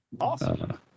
Awesome